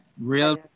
real